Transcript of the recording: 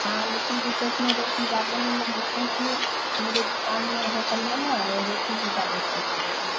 हाँ लेकिन विशेष में रोटी ज़्यादा मिलेंगे क्योंकि मेरी दुकान में होटल में ना रोटी ही ज़्यादा पड़ता है